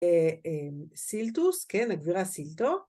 ‫סילטוס, כן, הגבירה סילטו